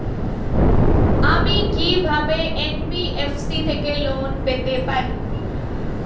আমি কি কিভাবে এন.বি.এফ.সি থেকে লোন পেতে পারি?